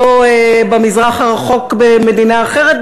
לא במזרח הרחוק במדינה אחרת,